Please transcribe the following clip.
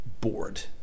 bored